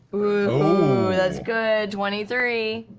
ooh, that's good. twenty three.